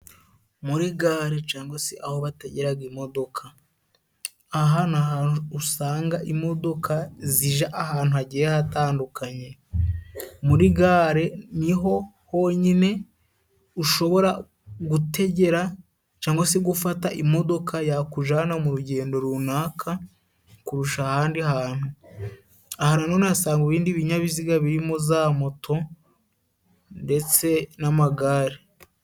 Muri gare cangwa se aho bategeraga imodoka, aha ni ahantu usanga imodoka zija ahantu hagiye hatandukanye. Muri gare niho honyine ushobora gutegera cangwa se gufata imodoka yakujana mu rugendo runaka kurusha ahandi hantu, ahantu nanone usanga ibindi binyabiziga birimo za moto ndetse n'amagare.